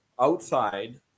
outside